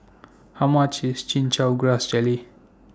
How much IS Chin Chow Grass Jelly